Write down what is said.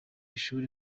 ishuri